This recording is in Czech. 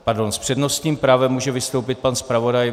Pardon, s přednostním právem může vstoupit pan zpravodaj.